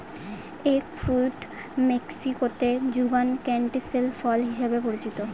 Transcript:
egg fruit মেক্সিকোতে যুগান canistel ফল হিসাবে পরিচিত